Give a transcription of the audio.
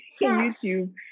youtube